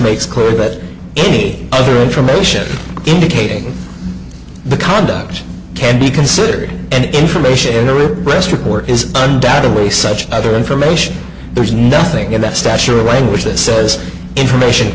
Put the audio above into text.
makes clear that any other information indicating the conduct can be considered and information in a real rest report is undoubtedly such other information there is nothing of that stature or language that says information